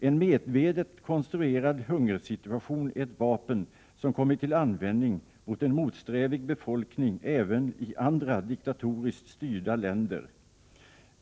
En medvetet konstruerad hungersituation är ett vapen, som kommit till användning mot en motsträvig befolkning även i andra diktatoriskt styrda länder.